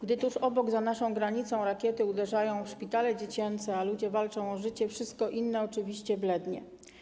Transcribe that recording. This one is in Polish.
Gdy tuż obok, za naszą granicą, rakiety uderzają w szpitale dziecięce, a ludzie walczą o życie, wszystko inne oczywiście blednie.